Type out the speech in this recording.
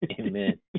Amen